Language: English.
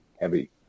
heavy